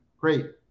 great